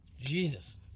Jesus